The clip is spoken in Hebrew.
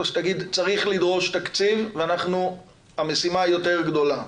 או שתגיד שצריך לדרוש תקציב והמשימה היא יותר גדולה,